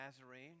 Nazarene